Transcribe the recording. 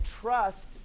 trust